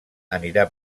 anirà